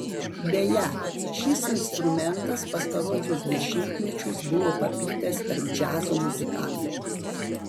beje šis instrumentas pastaruosius dešimtmečius buvo paplitęs tarp džiazo muzikantų